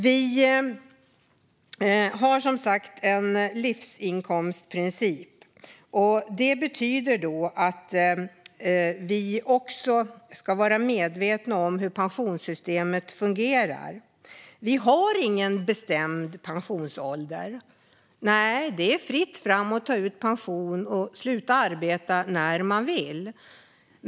Vi har som sagt en livsinkomstprincip. Det betyder att man måste vara medveten om hur pensionssystemet fungerar. Det finns ingen bestämd pensionsålder. Det är i stället fritt fram att ta ut pension och sluta arbeta när man vill.